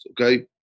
okay